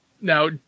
Now